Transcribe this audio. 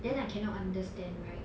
then I cannot understand right